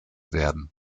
werden